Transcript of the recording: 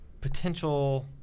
potential